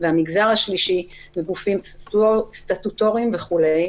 והמגזר השלישי, לגופים סטטוטוריים וכדומה.